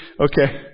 Okay